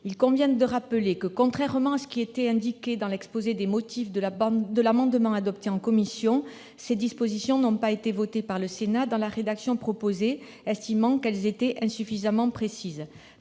Il convient de rappeler que, contrairement à ce qui était indiqué dans l'exposé des motifs de l'amendement adopté en commission, ces dispositions n'ont pas été votées par le Sénat dans la rédaction proposée, au motif qu'elles étaient insuffisamment précises.